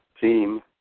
theme